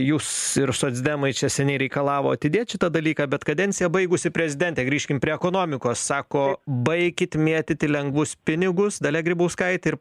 jūs ir socdemai čia seniai reikalavo atidėt šitą dalyką bet kadenciją baigusi prezidentė grįžkim prie ekonomikos sako baikit mėtyti lengvus pinigus dalia grybauskaitė ir